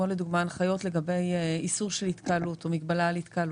כמו הנחיות לגבי איסור התקהלות או מגבלה על התקהלות.